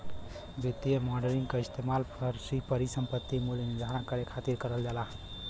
वित्तीय मॉडलिंग क इस्तेमाल परिसंपत्ति मूल्य निर्धारण करे खातिर करल जाला